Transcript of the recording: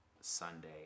Sunday